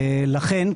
לכן,